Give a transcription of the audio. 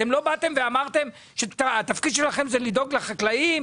לא באתם ואמרתם שהתפקיד שלכם לדאוג לחקלאים,